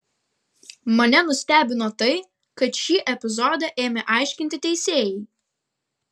mane nustebino tai kad šį epizodą ėmė aiškinti teisėjai